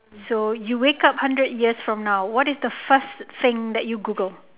so you wake up hundred years from now what is the first thing that you google